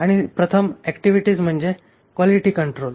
आणि प्रथम ऍक्टिव्हिटीज म्हणजे क्वालिटी कंट्रोल